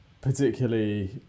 particularly